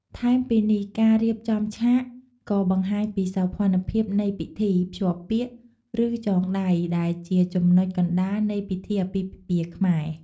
ថែមពីនេះការរៀបចំឆាក ក៏បង្ហាញពីសោភ័ណភាព នៃពិធី ភ្ជាប់ពាក្យ ឬ ចងដៃ ដែលជាចំណុចកណ្ដាលនៃពិធីអាពាហ៍ពិពាហ៍ខ្មែរ។